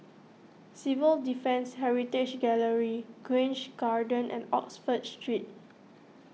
Civil Defence Heritage Gallery Grange Garden and Oxford Street